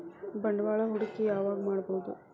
ಬಂಡವಾಳ ಹೂಡಕಿ ಯಾವಾಗ್ ಮಾಡ್ಬಹುದು?